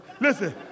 Listen